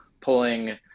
pulling